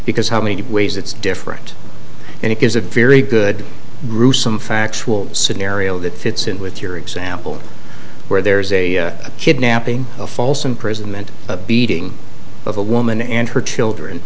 because how many ways it's different and it gives a very good gruesome factual scenario that fits in with your example where there's a kidnapping a false imprisonment of beating of a woman and her children